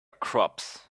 crops